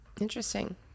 Interesting